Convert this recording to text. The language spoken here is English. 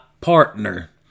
partner